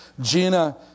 Gina